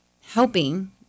helping